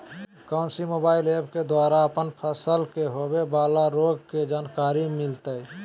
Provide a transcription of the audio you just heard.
कौन सी mobile app के द्वारा अपन फसल के होबे बाला रोग के जानकारी मिलताय?